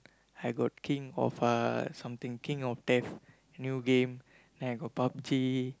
I got king of uh something king of death a new game then I got Pub-G